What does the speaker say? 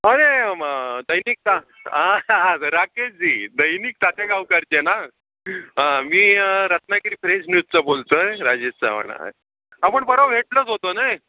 अरे म दैनिक ता हां हां सर राकेश जी दैनिक तात्या गावकारचे ना हां मी रत्नागिरी फ्रेश न्यूजचा बोलतो आहे राजेश चवाण आहे आपण परवा भेटलोच होतो नाही